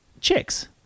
chicks